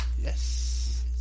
Yes